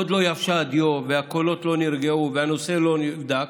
עוד לא יבשה הדיו והקולות לא נרגעו והנושא לא נבדק.